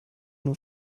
nur